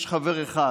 יש חבר אחד,